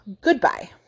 Goodbye